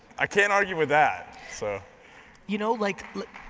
i can't argue with that. so you know, like.